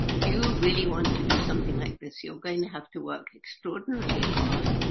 you really want to do something like this, you're going to have to work extraordinarily hard,